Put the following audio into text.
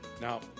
Now